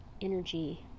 energy